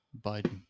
Biden